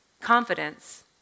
confidence